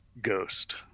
Ghost